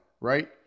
right